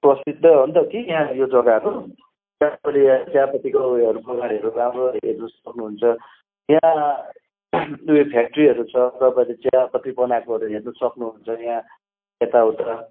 प्रसिद्ध हो नि त कि यहाँ यो जग्गाहरू त्यहाँ तपाईँले चियापत्तीको उयोहरू बगानहरू राम्रो हेर्नु सक्नुहुन्छ यहाँ उयो फ्याक्ट्रीहरू छ तपाईँले चियापत्ती बनाएकोहरू हेर्नु सक्नुहुन्छ यहाँ यताउता